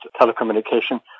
telecommunication